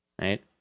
right